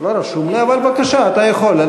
לא רשום לי, אבל, בבקשה, אתה יכול.